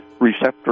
receptor